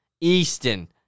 Easton